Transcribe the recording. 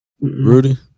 Rudy